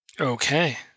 Okay